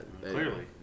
clearly